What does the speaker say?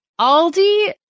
Aldi